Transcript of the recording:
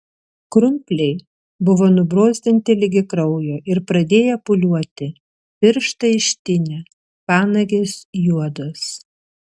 krumpliai buvo nubrozdinti ligi kraujo ir pradėję pūliuoti pirštai ištinę panagės juodos